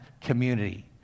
community